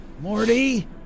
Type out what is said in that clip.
Morty